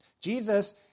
Jesus